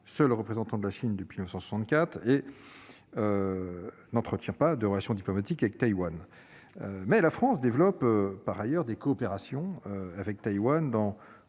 seul représentant de la Chine depuis 1964 et n'entretient pas de relations diplomatiques avec Taïwan. Cependant, la France développe des coopérations avec ce pays dans